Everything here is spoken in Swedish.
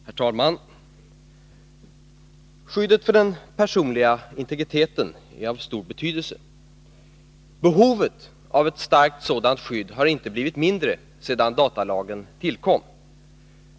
Herr talman! Skyddet för den personliga integriteten är av stor betydelse. Behovet av ett starkt sådant skydd har inte blivit mindre sedan datalagen tillkom.